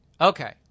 okay